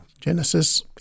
Genesis